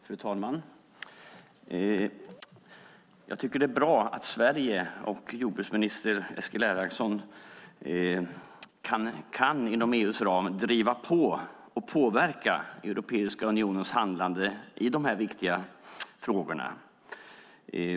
Fru talman! Jag tycker att det är bra att Sverige och jordbruksminister Eskil Erlandsson inom EU:s ram kan driva på och påverka Europeiska unionens handlande i de här viktiga frågorna.